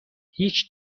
هیچ